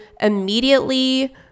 immediately